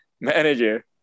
manager